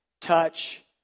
touch